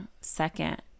second